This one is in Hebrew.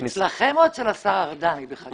אצלכם או אצל השר ארדן היא בחקירה?